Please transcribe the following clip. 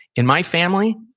in my family,